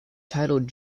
titled